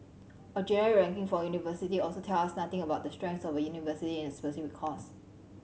a generic ranking for a university also tells us nothing about the strength of a university in a specific course